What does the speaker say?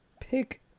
Pick